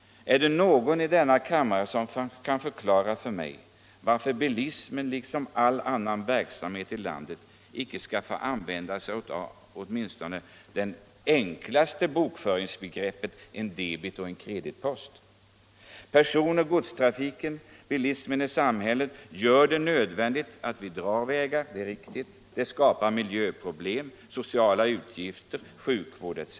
Är det någon i denna kammare som kan förklara för mig varför inte bilismen på samma sätt som all annan verksamhet i landet skall få använda sig av åtminstone de enklaste bokföringsbegreppen en debetoch en kreditpost? Person och godstrafiken, bilismen i allmänhet, gör det nödvändigt att vi drar fram vägar i detta land — det är riktigt. Det skapar miljöproblem och ger upphov till sociala utgifter, utgifter för sjukvård etc.